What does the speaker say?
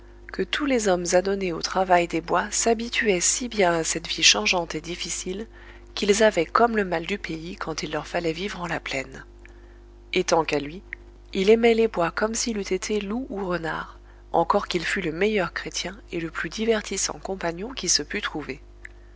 que tous les hommes adonnés au travail des bois s'habituaient si bien à cette vie changeante et difficile qu'ils avaient comme le mal du pays quand il leur fallait vivre en la plaine et tant qu'à lui il aimait les bois comme s'il eût été loup ou renard encore qu'il fût le meilleur chrétien et le plus divertissant compagnon qui se pût trouver